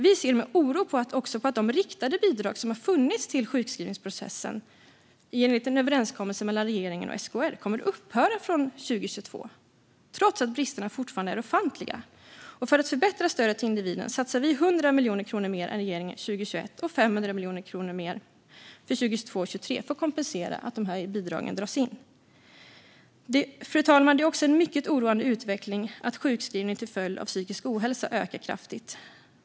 Vi ser också med oro på att de riktade bidrag som funnits till sjukskrivningsprocessen enligt en överenskommelse mellan regeringen och SKR kommer att upphöra från 2022, trots att bristerna fortfarande är ofantliga. För att förbättra stödet till individen satsar vi 100 miljoner kronor mer än regeringen för 2021 och 500 miljoner kronor mer för 2022 och 2023 för att kompensera för att dessa bidrag dras in. Fru talman! Det är också en mycket oroande utveckling att sjukskrivning till följd av psykisk ohälsa ökar kraftigt.